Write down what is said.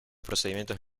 procedimientos